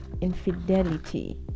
infidelity